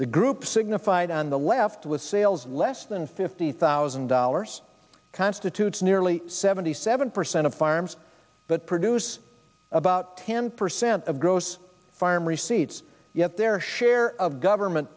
the group signified on the left with sales less than fifty thousand dollars constitutes nearly seventy seven percent of farms but produce about ten percent of gross farm receipts yet their share of government